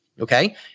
Okay